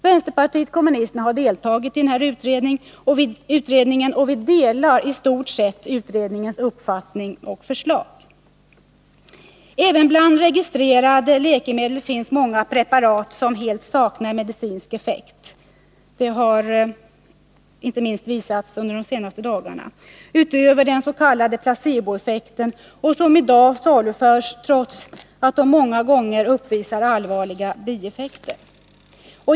Vpk har deltagit i utredningen, och vi delar i stort utredningens uppfattning och ansluter oss till dess förslag. Även bland registrerade läkemedel finns många preparat som helt saknar medicinsk effekt — det har inte minst visats under de senaste dagarna — utöver dens.k. placeboeffekten och som i dag saluförs trots att de många gånger ger allvarliga bieffekter.